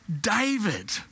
David